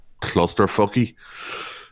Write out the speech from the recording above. clusterfucky